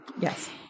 Yes